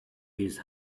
his